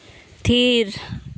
ᱛᱷᱤᱨ